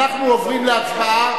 אנחנו עוברים להצבעה,